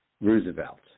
Roosevelt